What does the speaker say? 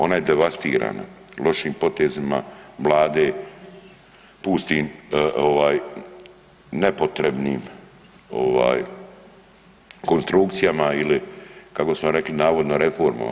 Ona je devastirana lošim potezima Vlade, pustim nepotrebnim ovaj konstrukcijama ili kako smo rekli navodno reformama.